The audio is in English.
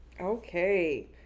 Okay